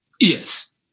Yes